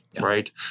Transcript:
Right